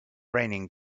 raining